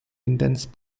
intense